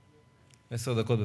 עשר דקות.